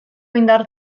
indar